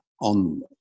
on